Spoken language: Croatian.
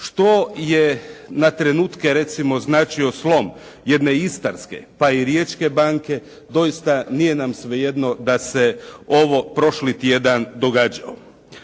što je na trenutke recimo značio jedne Istarske, pa i Riječke banke doista nije nam svejedno da se ovo prošli tjedan događalo.